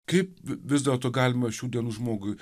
kaip vis dėlto galima šių dienų žmogui